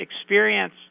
experience